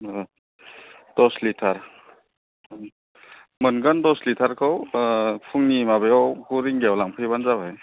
दस लिटार मोनगोन दस लिटारखौ फुंनि माबायाव गु रिंगायाव लांफैबानो जाबाय